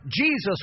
Jesus